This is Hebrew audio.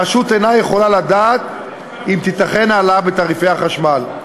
הרשות אינה יכולה לדעת אם תיתכן העלאה בתעריפי החשמל.